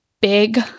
big